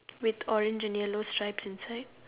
with orange and yellow stripes inside